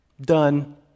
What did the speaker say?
done